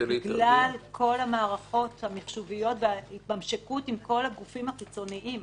בגלל כל המערכות המחשוביות וההתממשקות עם כל הגופים החיצוניים.